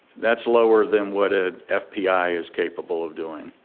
that's lower than what an fpi is capable of doing.